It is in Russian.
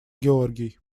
георгий